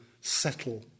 settle